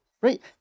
Right